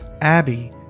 Abby